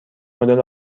مدل